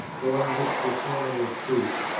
during which this sermon was preached,